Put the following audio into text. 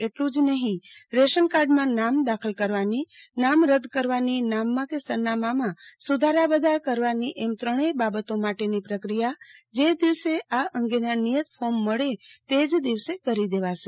એટલુ જ નહિ રેશનકાર્ડમાં નામ દાખલ કરવાની નામ રદ કરવાની નામમાં કે સરનામામાં સુધારા વધારા કરવાની એમ ત્રણેય બાબતો માટેની પ્રક્રિયા જે દિવસે આ અંગેના નિયત ફોર્મ મળે તે જ દિવસે કરી દેવાશે